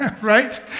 right